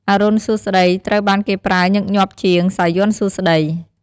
អរុណសួស្តី ត្រូវបានគេប្រើញឹកញាប់ជាង "សាយ័ន្តសួស្តី" ។